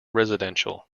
residential